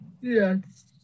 Yes